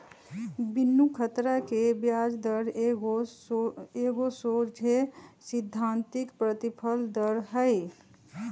बिनु खतरा के ब्याज दर एगो सोझे सिद्धांतिक प्रतिफल दर हइ